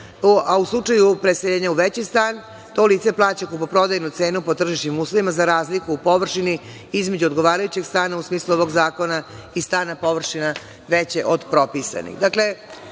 U slučaju preseljenja u veći stan, to lice plaća kupoprodajnu cenu po tržišnim uslovima za razliku u površini između odgovarajućeg stana u smislu ovog zakona i stana površine veće od propisane. Dakle,